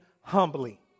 humbly